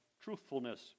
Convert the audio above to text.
truthfulness